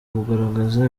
kugaragaza